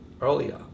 earlier